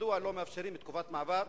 מדוע לא מאפשרים תקופת מעבר,